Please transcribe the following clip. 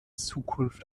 zukunft